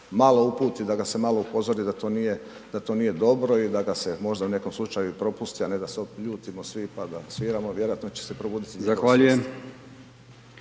malo uputi, da ga se malo upozori da to nije, da to nije dobro i da ga se možda u nekom slučaju i propusti a ne da se ljutimo svi pa da sviramo, vjerojatno će se